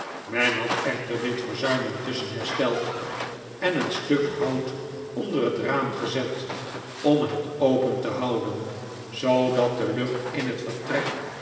men had echter dit verzuim intusschen hersteld en een stuk hout onder het raam gezet om het open te houden zoodat de lucht in het vertrek